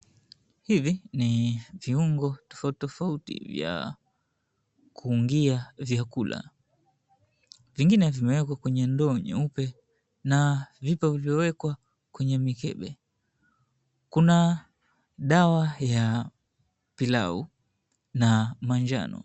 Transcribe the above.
Hivi, ni viungo tofauti tofauti vya kuundia vyakula. Vingine vimewekwa kwenye ndoo nyeupe na vipo vilivyowekwa kwenye mikebe. Kuna dawa ya pilau na manjano.